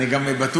אני גם בטוח,